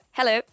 Hello